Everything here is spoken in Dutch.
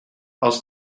als